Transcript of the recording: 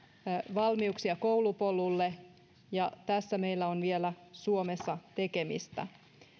valmiuksia koulupolulle ja tässä meillä on vielä suomessa tekemistä